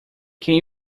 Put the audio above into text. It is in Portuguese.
quem